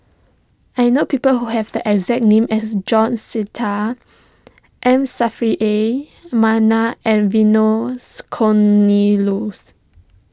I know people who have the exact name as George Sita M Saffri A Manaf and Vernon's Cornelius